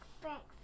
breakfast